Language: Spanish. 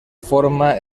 forma